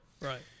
Right